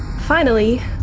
finally,